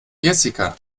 jessica